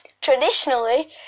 traditionally